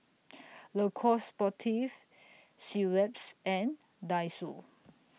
Le Coq Sportif Schweppes and Daiso